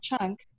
chunk